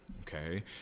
okay